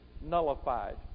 nullified